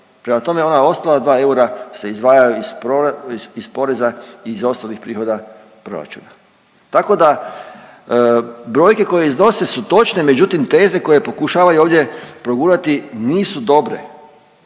Prema tome ona je ostala, 2 eura se izdvajaju iz pro…, iz poreza i iz ostalih prihod proračuna. Tako da brojke koje iznose su točne, međutim teze koje pokušavaju ovdje progurati nisu dobre